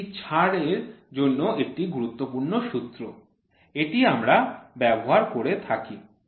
এটি ছাড় এর জন্য একটি গুরুত্বপূর্ণ সূত্র এটি আমরা ব্যবহার করে থাকি